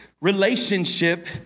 relationship